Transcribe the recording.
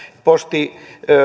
posti